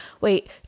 Wait